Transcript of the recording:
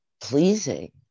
Pleasing